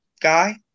guy